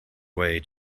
way